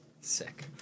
Sick